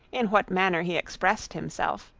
in what manner he expressed himself,